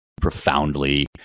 profoundly